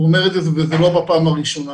הוא אומר את זה לא בפעם הראשונה.